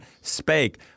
Spake